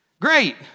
Great